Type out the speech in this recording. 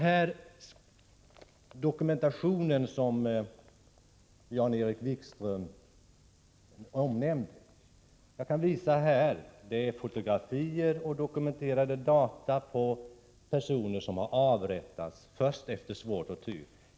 Ur det häfte som Jan-Erik Wikström omnämnde kan jag visa fotografier och dokumenterade data angående personer som avrättats efter svår tortyr.